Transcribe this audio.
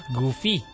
Goofy